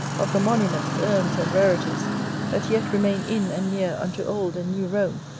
of the monuments, urns, and rarities that yet remain in and near unto old and new rome,